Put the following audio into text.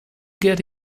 get